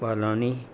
Balani